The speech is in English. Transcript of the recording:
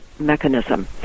Mechanism